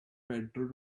pedro